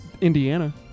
Indiana